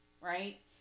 right